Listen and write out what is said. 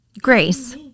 grace